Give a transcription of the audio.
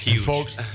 Folks